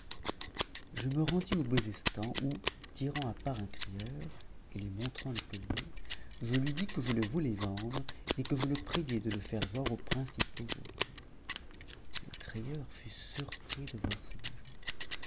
je me rendis au bezestan où tirant à part un crieur et lui montrant le collier je lui dis que je le voulais vendre et que je le priais de le faire voir aux principaux joailliers le crieur fut surpris de voir ce bijou